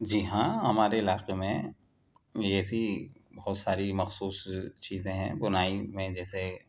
جی ہاں ہمارے علاقے میں ایسی بہت ساری مخصوص چیزیں ہیں بنائی میں جیسے